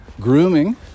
Grooming